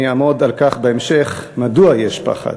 ואני אעמוד על כך בהמשך, מדוע יש פחד.